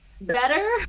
better